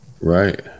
right